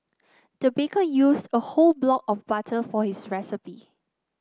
the baker used a whole block of butter for his recipe